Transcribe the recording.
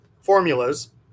formulas